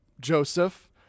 joseph